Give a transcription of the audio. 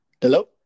Hello